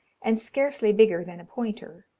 and scarcely bigger than a pointer.